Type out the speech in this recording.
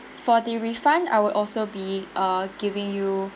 for the refund I would also be uh giving you